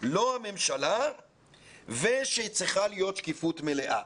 ולא הממשלה ושצריכה להיות שקיפות מלאה.